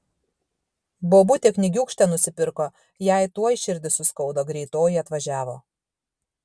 bobutė knygiūkštę nusipirko jai tuoj širdį suskaudo greitoji atvažiavo